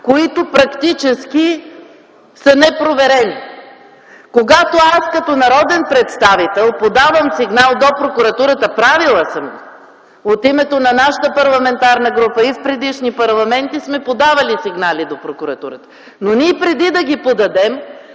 които практически са непроверени. Когато аз, като народен представител, подавам сигнал до Прокуратурата – правила съм го от името на нашата парламентарна група и в предишни парламенти сме подавали сигнали до Прокуратурата, но преди да ги подадем